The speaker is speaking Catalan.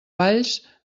valls